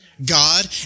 God